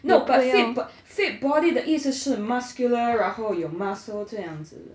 no but fit bod~ fit body 的意思是 muscular 然后有 muscle 这样子